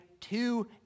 Two